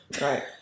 Right